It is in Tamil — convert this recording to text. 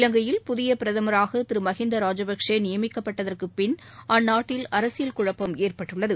இலங்கையில் புதிய பிரதமராக திரு மஹிந்தா ராஜபக்சே நியமிக்கப்பட்டதற்கு பின் அந்நாட்டில் அரசியல் குழப்பம் ஏற்பட்டுள்ளது